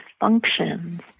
functions